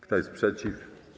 Kto jest przeciw?